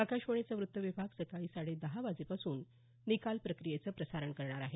आकाशवाणीचा वृत्त विभाग सकाळी साडेदहा वाजेपासून निकाल प्रक्रियेचं प्रसारण करणार आहे